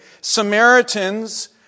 Samaritans